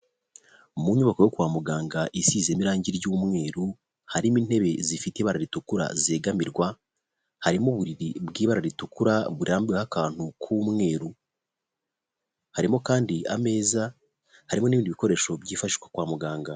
Mu nyubako yo kwa muganga isizemo irange ry'umweru, harimo intebe zifite ibara ritukura zegamirwa, harimo uburiri bw'ibara ritukura burambuyeho akantu k'umweru. Harimo kandi ameza harimo n'ibindi bikoresho byifashishwa kwa muganga.